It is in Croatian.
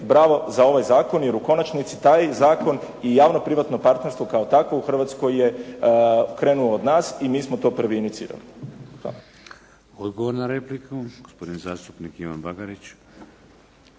bravo za ovaj zakon jer u konačnici taj zakon i javno-privatno partnerstvo kao takvo u Hrvatskoj je krenulo od nas i mi smo to prvi inicirali. Hvala. **Šeks, Vladimir (HDZ)** Odgovor na repliku, gospodin zastupnik Ivan Bagarić.